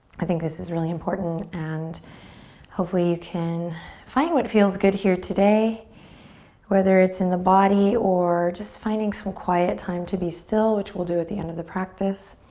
i think this is really important and hopefully you can find what feels good here today whether it's in the body or just finding some quiet time to be still which we'll do at the end of the practice.